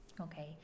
Okay